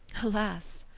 alas!